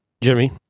Jimmy